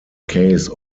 case